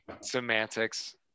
Semantics